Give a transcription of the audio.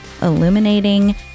illuminating